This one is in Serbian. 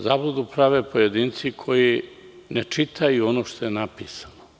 Zabludu prave pojedinci koji ne čitaju ono što je napisano.